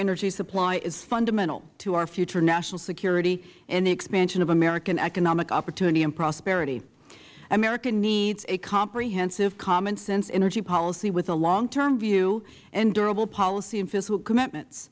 energy supply is fundamental to our future national security and the expansion of american economic opportunity and prosperity america needs a comprehensive common sense energy policy with a long term view and durable policy and fiscal commitments